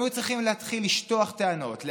הם היו צריכים להתחיל לשטוח טענות,